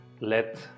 let